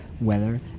weather